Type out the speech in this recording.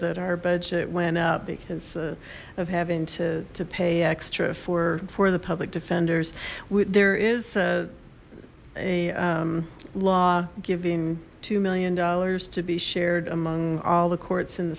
that our budget went up because of having to pay extra for for the public defenders with there is a law giving two million dollars to be shared among all the courts in the